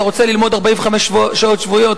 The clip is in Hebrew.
אתה רוצה ללמוד 45 שעות שבועיות,